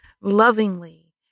lovingly